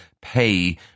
pay